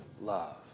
love